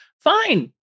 Fine